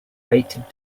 weighted